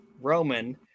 Roman